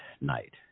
night